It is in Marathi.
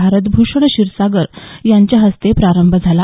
भारतभूषण क्षीरसागर यांच्या हस्ते प्रारंभ झाला